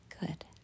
good